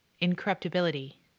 incorruptibility